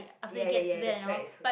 ya ya the flat is so